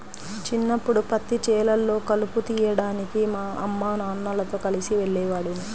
చిన్నప్పడు పత్తి చేలల్లో కలుపు తీయడానికి మా అమ్మానాన్నలతో కలిసి వెళ్ళేవాడిని